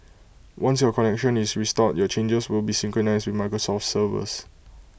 once your connection is restored your changes will be synchronised with Microsoft's servers